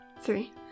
three